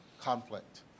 conflict